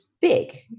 big